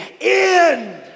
end